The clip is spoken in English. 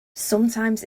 sometimes